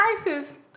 prices